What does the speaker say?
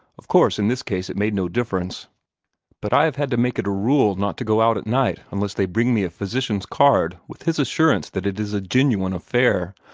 of course in this case it made no difference but i have had to make it a rule not to go out at night unless they bring me a physician's card with his assurance that it is a genuine affair.